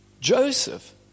Joseph